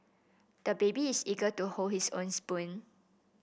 the baby is eager to hold his own spoon